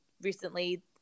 recently